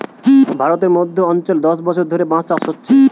ভারতের মধ্য অঞ্চলে দশ বছর ধরে বাঁশ চাষ হচ্ছে